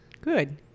Good